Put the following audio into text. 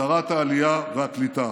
שרת העלייה והקליטה.